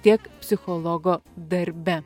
tiek psichologo darbe